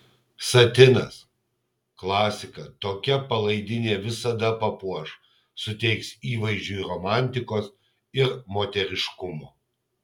satinas klasika tokia palaidinė visada papuoš suteiks įvaizdžiui romantikos ir moteriškumo